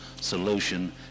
solution